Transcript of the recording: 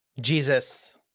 Jesus